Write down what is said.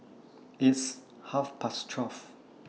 its Half Past twelve